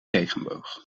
regenboog